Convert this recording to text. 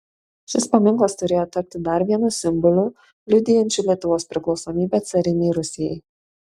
šis paminklas turėjo tapti dar vienu simboliu liudijančiu lietuvos priklausomybę carinei rusijai